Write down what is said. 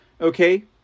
Okay